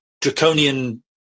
draconian